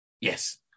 Yes